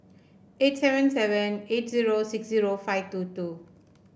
eight seven seven eight zero six zero five two two